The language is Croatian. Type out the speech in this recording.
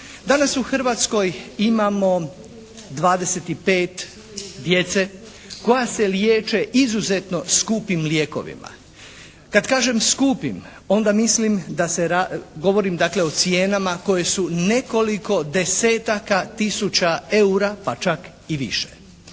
Danas u Hrvatskoj imamo 25 djece koja se liječe izuzetno skupim lijekovima. Kad kažem skupim onda mislim da se, govorim dakle o cijenama koje su nekoliko desetaka tisuća EUR-a pa čak i više.